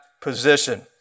position